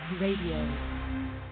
Radio